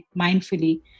mindfully